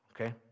Okay